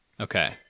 Okay